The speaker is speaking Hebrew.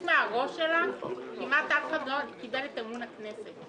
מהראש שלה כמעט אף אחד לא קיבל את אמון הכנסת.